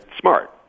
smart